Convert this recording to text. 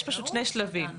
יש פשוט שני שלבים,